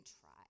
try